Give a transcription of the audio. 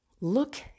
Look